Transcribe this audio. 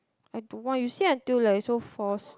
I don't want you say until like you so forced